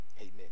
Amen